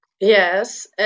Yes